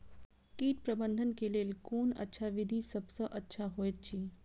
कीट प्रबंधन के लेल कोन अच्छा विधि सबसँ अच्छा होयत अछि?